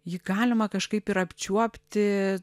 jį galima kažkaip ir apčiuopti